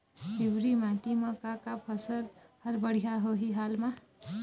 पिवरी माटी म का का फसल हर बढ़िया होही हाल मा?